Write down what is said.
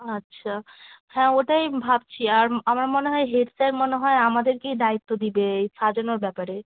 আচ্ছা হ্যাঁ ওটাই ভাবছি আর আমার মনে হয় হেড স্যার মনে হয় আমাদেরকেই দায়িত্ব দিবে এই সাজানোর ব্যাপারে